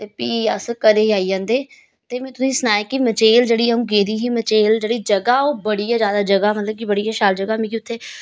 फ्ही अस घरै गी आई जन्दे ते मै तुसेंगी सनाया कि मचेल जेह्ड़ी अ'ऊं गेदी ही मचेल जेह्ड़ी जगह ओह बड़ी गै ज्यादा जगह मतलब कि बड़ी गै शैल जगह मिगी उत्थै